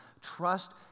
Trust